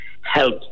help